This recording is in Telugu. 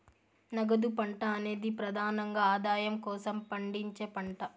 నగదు పంట అనేది ప్రెదానంగా ఆదాయం కోసం పండించే పంట